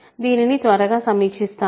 దీన్ని త్వరగా సమీక్షిస్తాను